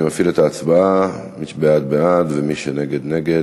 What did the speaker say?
אני מפעיל את ההצבעה: מי שבעד, בעד, מי שנגד, נגד.